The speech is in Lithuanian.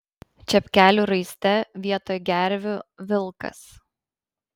čepkelių raiste vietoj gervių vilkas